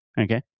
Okay